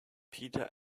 peter